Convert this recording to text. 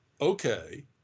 okay